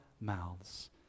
mouths